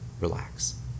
relax